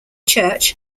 church